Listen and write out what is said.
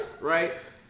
Right